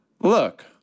Look